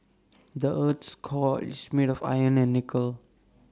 the Earth's core is made of iron and nickel